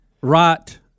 right